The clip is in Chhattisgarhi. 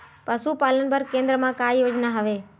पशुपालन बर केन्द्र म का योजना हवे?